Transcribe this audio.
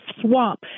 swamp